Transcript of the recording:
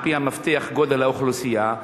על-פי מפתח גודל האוכלוסייה,